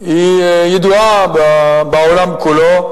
ידועה בעולם כולו,